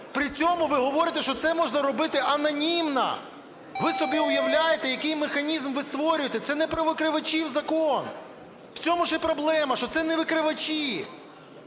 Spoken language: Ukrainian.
при цьому ви говорите, що це можна робити анонімно. Ви собі уявляєте, який механізм ви створюєте? Це не про викривачів закон, в цьому ж і проблема, що це не викривачі.